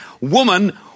Woman